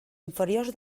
inferiors